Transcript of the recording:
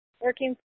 working